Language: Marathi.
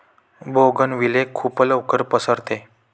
बोगनविले खूप लवकर पसरते